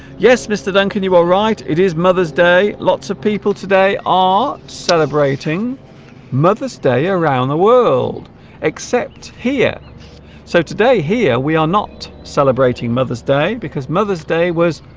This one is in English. yes mr. duncan you are right it is mother's day lots of people today are ah celebrating mother's day around the world except here so today here we are not celebrating mother's day because mother's day was